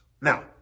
Now